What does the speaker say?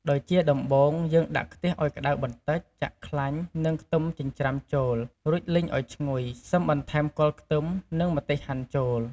ដោយជាដំំបូង យើងដាក់ខ្ទះឱ្យក្ដៅបន្តិច ចាក់ខ្លាញ់ និងខ្ទឹមចិញ្ច្រំាចូល រួចលីងឱ្យឈ្ងុយ សិមបន្ថែមគល់ខ្ទឹម និងម្ទេសហាន់ចូល។